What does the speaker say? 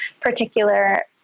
particular